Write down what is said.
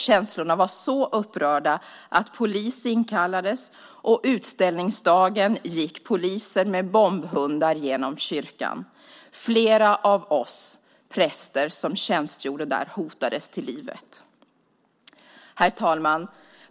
Känslorna var så upprörda att polis inkallades, och utställningsdagen gick polisen med bombhundar genom kyrkan. Flera av oss präster som tjänstgjorde hotades till livet. Herr talman!